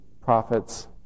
prophets